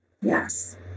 Yes